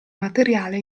materiale